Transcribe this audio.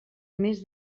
més